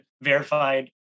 verified